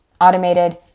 automated